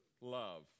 Love